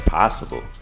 possible